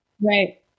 Right